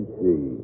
see